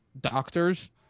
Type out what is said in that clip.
doctors